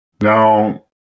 Now